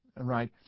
Right